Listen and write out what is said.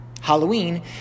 Halloween